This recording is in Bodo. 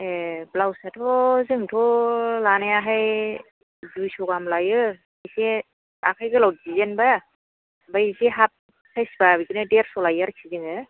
ए ब्लाउस आथ' जोंथ' लानायाहाय दुइस' गाहाम लायो एसे आखाइ गोलाव डिजाइन बा बै एसे हाफ साइज बा बिदिनो देरस' लायो आरोखि जोङो